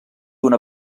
una